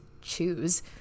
choose